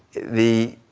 the,